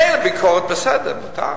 מילא ביקורת, בסדר, מותר,